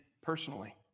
personally